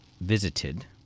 visited